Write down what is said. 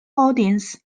audience